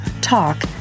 talk